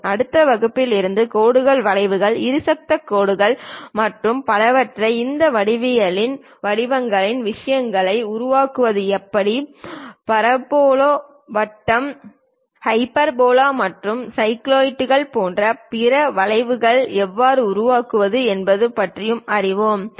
அடுத்த வகுப்பில் இருந்து கோடுகள் வளைவுகள் இருசக்தி கோடுகள் மற்றும் பலவற்றை இந்த வடிவங்களை வடிவியல் விஷயங்களை உருவாக்குவது எப்படி பரபோலா வட்டம் ஹைபர்போலா மற்றும் சைக்ளோயிட்கள் போன்ற பிற வளைவுகளை எவ்வாறு உருவாக்குவது என்பது பற்றி அறிந்து கொள்வோம் ஆன்